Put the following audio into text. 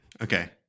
Okay